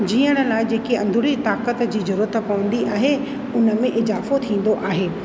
जीअण लाइ जेकी अंदूरी ताक़त जी ज़रूरत पवंदी आहे उन में इज़ाफ़ो थींदो आहे